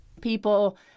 people